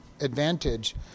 advantage